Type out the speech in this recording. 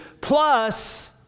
plus